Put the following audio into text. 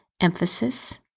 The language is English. emphasis